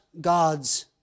God's